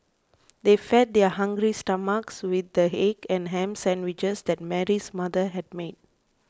they fed their hungry stomachs with the egg and ham sandwiches that Mary's mother had made